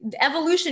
evolution